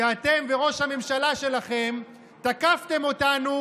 שאתם וראש הממשלה שלכם תקפתם אותנו